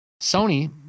Sony